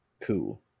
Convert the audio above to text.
Cool